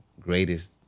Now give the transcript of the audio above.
greatest